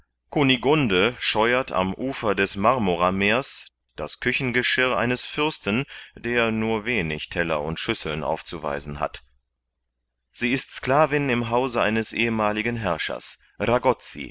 kakambo kunigunde scheuert am ufer des marmorameers das küchengeschirr eines fürsten der nur wenig teller und schüsseln aufzuweisen hat sie ist sklavin im hause eines ehemaligen herrschers